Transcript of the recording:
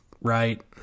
right